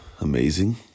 amazing